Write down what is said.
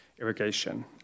irrigation